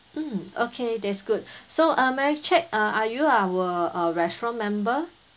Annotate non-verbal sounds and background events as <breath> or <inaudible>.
mm okay that's good <breath> so uh may I check uh are you our uh restaurant member